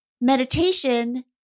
meditation